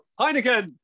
Heineken